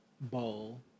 bowl